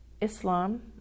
Islam